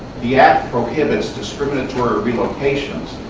the act prohibits discriminatory relocations,